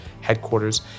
headquarters